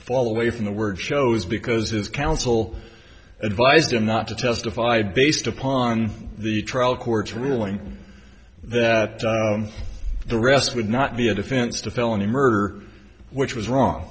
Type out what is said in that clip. fall away from the word shows because his counsel advised him not to testify based upon the trial court's ruling that the rest would not be a defense to felony murder which was wrong